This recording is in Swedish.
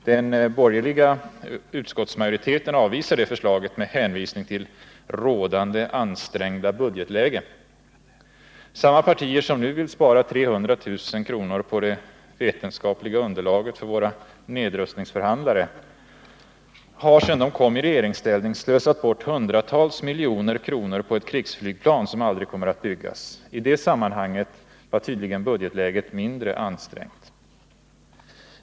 Den borgerliga utskottsmajoriteten avvisar det förslaget med hänvisning till ”rådande ansträngda budgetläge”. Samma partier som nu vill spara 300 000 kr. på det vetenskapliga underlaget för våra nedrustningsförhandlare har sedan de kom i regeringsställning slösat bort hundratals miljoner kronor på ett krigsflygplan som aldrig kommer att byggas. I det sammanhanget var tydligen budgetläget mindre ansträngt.